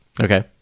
Okay